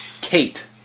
Kate